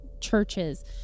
churches